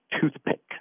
toothpick